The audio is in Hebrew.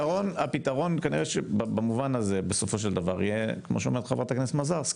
הפתרון כנראה יהיה כמו שאומרת חברת הכנסת מזרסקי,